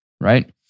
right